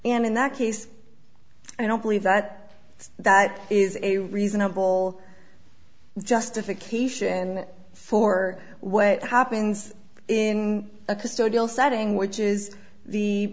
and in that case i don't believe that that is a reasonable justification for what happens in a custodial setting which is the